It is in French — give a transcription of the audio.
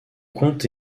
compte